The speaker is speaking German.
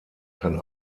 kann